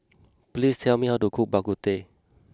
please tell me how to cook Bak Kut Teh